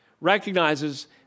recognizes